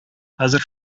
хәзер